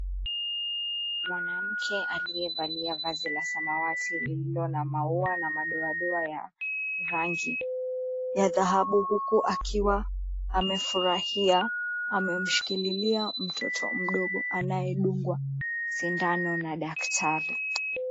Mwanamke aliyevalia vazi la samawati lililo na maua na madoadoa ya rangi ya dhahabu, huku akiwa amefurahia. Amemshikililia mtoto mdogo anayedungwa sindano na daktari.